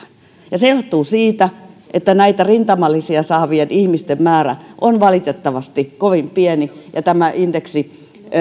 se johtuu siitä että näitä rintamalisiä saavien ihmisten määrä on valitettavasti kovin pieni ja tämä